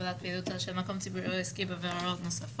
הגבלת פעילות של מקום ציבורי או עסקי והערות נוספות,